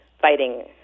fighting